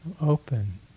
Open